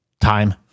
time